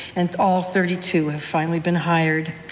and all thirty two have finally been hired.